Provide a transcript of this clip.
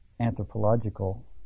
anthropological